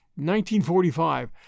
1945